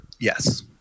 Yes